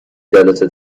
جلسه